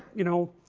you know,